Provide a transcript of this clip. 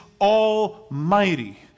almighty